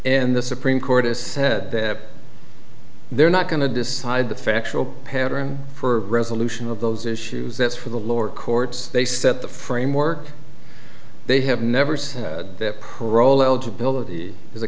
and the supreme court has said that they're not going to decide the factual pattern for resolution of those issues that's for the lower courts they set the framework they have never said that